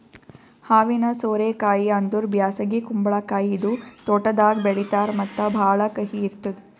ಹಾವಿನ ಸೋರೆ ಕಾಯಿ ಅಂದುರ್ ಬ್ಯಾಸಗಿ ಕುಂಬಳಕಾಯಿ ಇದು ತೋಟದಾಗ್ ಬೆಳೀತಾರ್ ಮತ್ತ ಭಾಳ ಕಹಿ ಇರ್ತುದ್